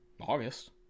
August